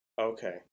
Okay